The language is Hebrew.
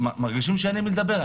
מרגישים שאין עם מי לדבר.